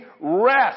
rest